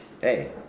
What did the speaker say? Hey